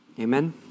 Amen